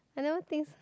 I never think